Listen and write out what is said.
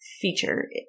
feature